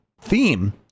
theme